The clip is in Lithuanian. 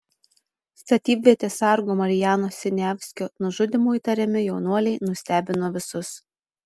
statybvietės sargo marijano siniavskio nužudymu įtariami jaunuoliai nustebino visus